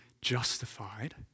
justified